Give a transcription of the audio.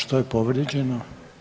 Što je povrijeđeno?